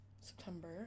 September